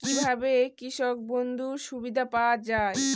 কি ভাবে কৃষক বন্ধুর সুবিধা পাওয়া য়ায়?